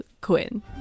Quinn